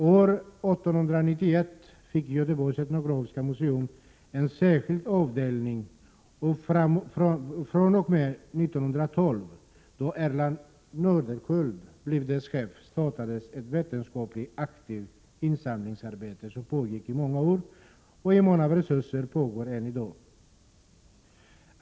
År 1891 fick Göteborgs etnografiska museum en särskild avdelning, och fr.o.m. 1912, då Erland Nordenskiöld blev dess chef, startades ett aktivt vetenskapligt insamlingsarbete, som pågick i många år och i mån av resurser pågår än i dag.